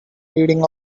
reading